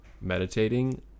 meditating